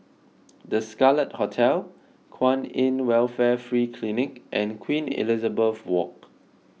the Scarlet Hotel Kwan in Welfare Free Clinic and Queen Elizabeth Walk